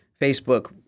Facebook